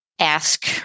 Ask